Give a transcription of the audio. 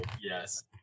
Yes